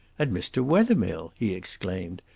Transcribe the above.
and mr. wethermill, he exclaimed,